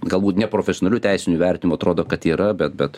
galbūt neprofesionaliu teisiniu vertinimu atrodo kad yra bet bet